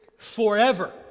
Forever